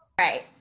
right